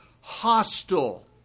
hostile